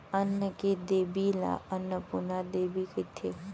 अन्न के देबी ल अनपुरना देबी कथें